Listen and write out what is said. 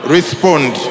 Respond